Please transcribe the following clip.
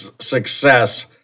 success